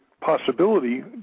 possibility